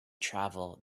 travel